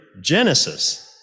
genesis